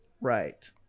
Right